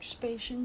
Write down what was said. ya